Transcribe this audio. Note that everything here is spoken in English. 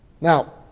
now